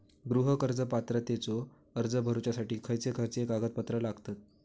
गृह कर्ज पात्रतेचो अर्ज भरुच्यासाठी खयचे खयचे कागदपत्र लागतत?